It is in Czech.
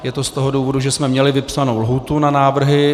Je to z toho důvodu, že jsme měli vypsanou lhůtu na návrhy.